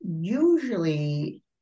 usually